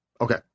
Okay